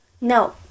No